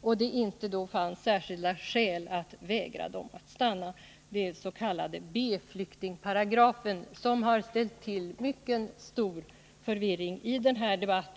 och att det inte fanns särskilda skäl för att vägra — den s.k. B-flyktingparagrafen, som ställt till mycket stor förvirring i debatten.